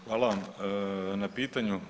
Hvala vam na pitanju.